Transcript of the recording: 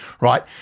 right